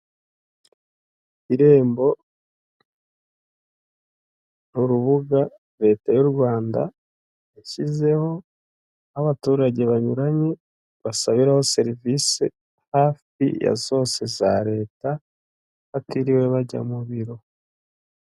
Irembo ni urubuga leta y'u Rwanda yashyizeho, abaturage banyuranye basabiraho serivisi hafi ya zose za leta, batiriwe bajya mu biro.